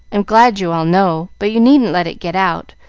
i'm glad you all know, but you needn't let it get out,